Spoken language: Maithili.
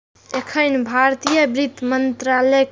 एखन भारतीय वित्त मंत्रालयक अधीन छह विभाग काज करैत छैक